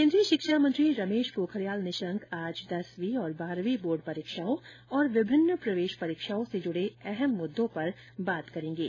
केन्द्रीय शिक्षा मंत्री रमेश पोखरियाल निशंक आज दसवीं और बारहवीं बोर्ड परीक्षाओं तथा विभिन्न प्रवेश परीक्षाओं से जुड़े अहम मुद्दों पर बात करेंगे